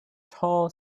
tall